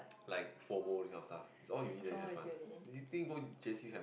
like Fomo this kind of stuff its all uni then have one you think go into J_C